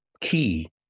key